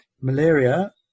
malaria